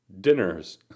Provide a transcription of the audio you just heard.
dinners